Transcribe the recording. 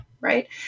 right